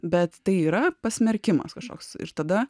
bet tai yra pasmerkimas kažkoks ir tada